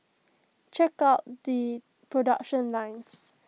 check out the production lines